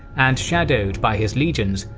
and shadowed by his legions,